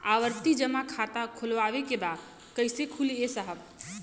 आवर्ती जमा खाता खोलवावे के बा कईसे खुली ए साहब?